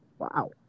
Wow